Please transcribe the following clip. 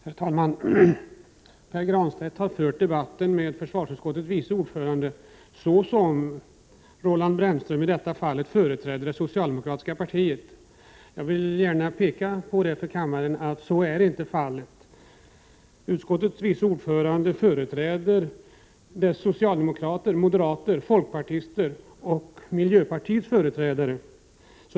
Herr talman! Pär Granstedt har fört debatten med försvarsutskottets vice ordförande Roland Brännström som om han i detta fall företrädde det socialdemokratiska partiet. Jag vill gärna påpeka för kammaren att så inte är fallet. Utskottets vice ordförande företräder dess socialdemokrater, moderater och folkpartister och miljöpartiets ledamot.